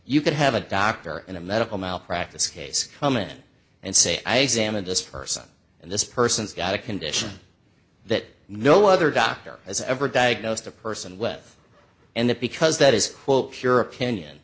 you could have a doctor in a medical malpractise case come in and say i examined this person and this person's got a condition that no other doctor as ever diagnosed a person with and that because that is pure opinion